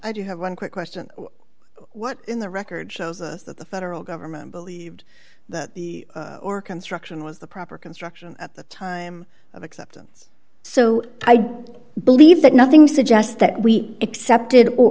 i do have one quick question what in the record shows that the federal government believed that the or construction was the proper construction at the time of acceptance so i believe that nothing suggests that we accepted or